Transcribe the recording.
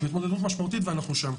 התמודדות משמעותית ואנחנו שם.